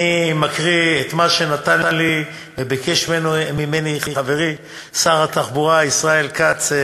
אני מקריא את מה שנתן לי חברי שר התחבורה ישראל כץ: